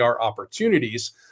opportunities